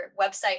website